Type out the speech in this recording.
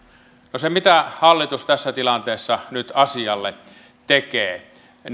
no se mitä hallitus tässä tilanteessa nyt asialle tekee